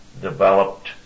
developed